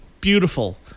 beautiful